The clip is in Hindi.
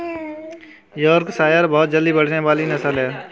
योर्कशायर बहुत जल्दी बढ़ने वाली नस्ल है